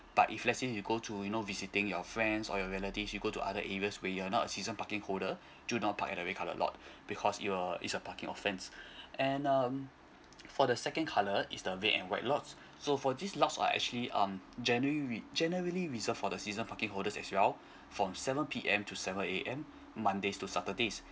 but if let's say you go to you know visiting your friends or your relative you go to other areas where you're not a season parking holder do not park at the red colour lot because you're is a parking offense and um for the second colour is the red and white lots so for these lots right actually um generally re~ generally reserved for the season parking holders as well from seven P_M to seven A_M mondays to saturdays